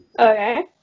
Okay